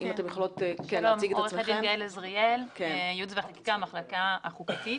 אני גאל אזריאל, יעוץ וחקיקה במחלקה החוקתית.